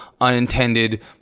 unintended